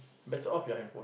better off your handphone